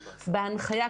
בהנחיה,